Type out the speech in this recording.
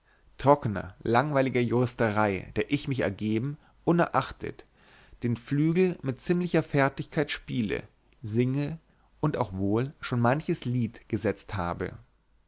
trockner langweiliger juristerei der ich mich ergeben unerachtet den flügel mit ziemlicher fertigkeit spiele singe und auch wohl schon manches lied gesetzt habe